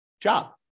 job